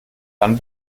dann